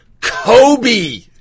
Kobe